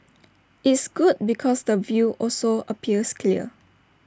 it's good because the view also appears clear